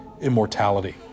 immortality